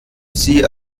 sie